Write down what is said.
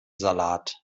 salat